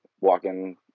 walking